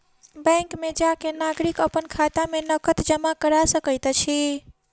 bank में जा के नागरिक अपन खाता में नकद जमा करा सकैत अछि